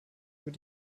über